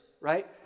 right